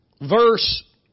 verse